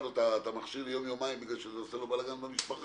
לו את המכשיר ליום-יומיים כי זה עושה לו בלגאן במשפחה,